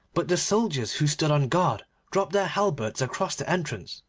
but the soldiers who stood on guard dropped their halberts across the entrance,